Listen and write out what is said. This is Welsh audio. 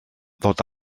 ddod